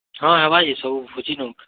ହଁ ଆଣ୍ବା ଯେ ସବୁ ଭୋଜିନୁ